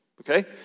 Okay